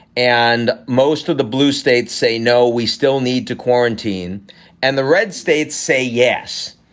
and most of the blue states say, no, we still need to quarantine and the red states say yes.